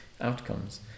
outcomes